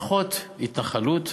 פחות התנחלות.